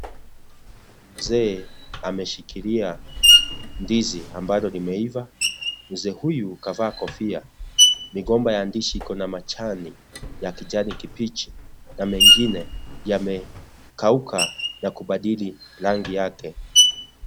Mzee ameshikilia ndizi ambalo limeiva, mzee huyu kavaa kofia, migomba ya ndizi ikona majani ya kijani kibichi na mengine yamekauka na kubadili rangi yake.